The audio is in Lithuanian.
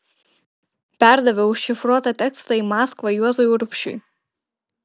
perdaviau užšifruotą tekstą į maskvą juozui urbšiui